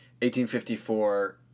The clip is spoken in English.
1854